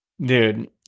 Dude